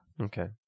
Okay